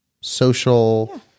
social